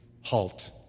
halt